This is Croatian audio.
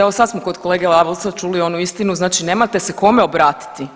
Evo sad smo kod kolege Lalovca čuli onu istinu, znači nemate se kome obratiti.